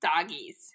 doggies